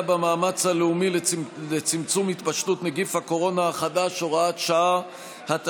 במאמץ הלאומי לצמצום התפשטות נגיף הקורונה החדש (הוראת שעה),